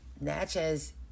Natchez